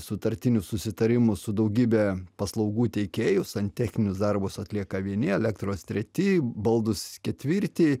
sutartinių susitarimų su daugybe paslaugų teikėjų santechninius darbus atlieka vieni elektros treti baldus ketvirti